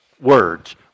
words